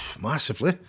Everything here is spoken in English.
massively